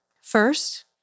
First